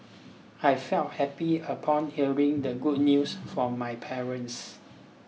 I felt happy upon hearing the good news from my parents